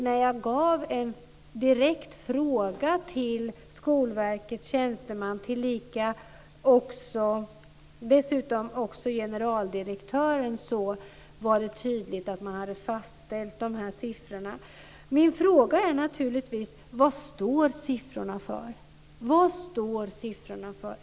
När jag ställde en direkt fråga till Skolverkets tjänsteman, dessutom också generaldirektören, var det tydligt att man hade fastställt de här siffrorna. Min fråga är naturligtvis: Vad står siffrorna för?